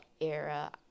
era